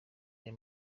aya